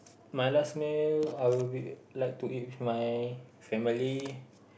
my last meal I will be like to eat with my family